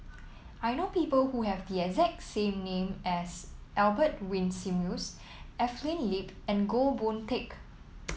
I know people who have the exact same name as Albert Winsemius Evelyn Lip and Goh Boon Teck